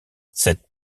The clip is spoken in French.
cette